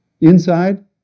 Inside